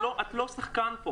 את לא שחקן כאן.